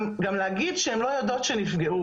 גם להגיד שהן לא יודעות שהן נפגעו.